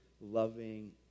loving